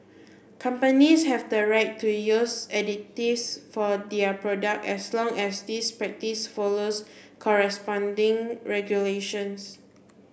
companies have the right to use additives for their product as long as this practice follows corresponding regulations